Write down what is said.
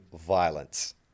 violence